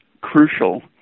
crucial